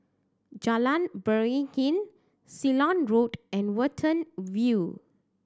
Jalan Beringin Ceylon Road and Watten View